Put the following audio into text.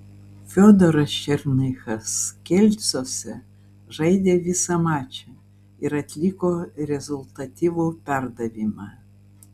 fiodoras černychas kelcuose žaidė visą mačą ir atliko rezultatyvų perdavimą